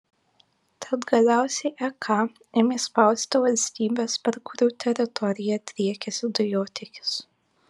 tad galiausiai ek ėmė spausti valstybes per kurių teritoriją driekiasi dujotiekis